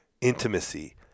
intimacy